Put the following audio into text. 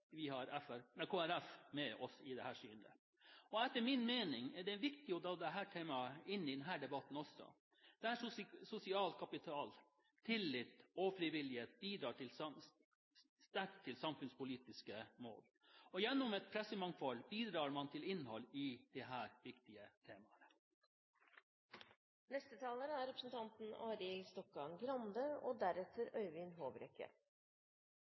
vi heldigvis har Kristelig Folkeparti med oss i dette synet. Etter min mening er det viktig å dra dette temaet inn i denne debatten også. Sosial kapital, tillit og frivillighet bidrar sterkt til samfunnspolitiske mål. Gjennom et pressemangfold bidrar man til innhold i disse viktige